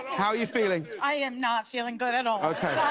how are you feeling i'm not feeling god at all,